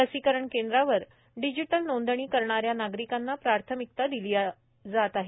लसीकरण केंद्रावर डिजिटल नोंदणी करणा या नागरिकांना प्राथमिकता दिली जात आहे